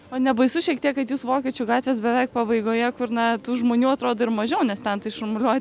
nebaisu šiek tiek kad jūs vokiečių gatvės beveik pabaigoje kur na tų žmonių atrodo ir mažiau nes ten tai šurmuliuoja